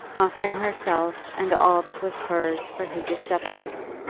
offering herself and all that was hers for his acceptance.